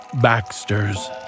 Baxter's